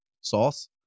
sauce